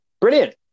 Brilliant